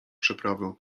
przeprawę